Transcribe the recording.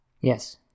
Yes